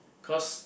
cause